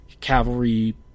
cavalry